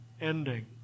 ending